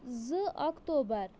زٕ اکتوبر